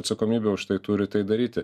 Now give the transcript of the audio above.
atsakomybę už tai turi tai daryti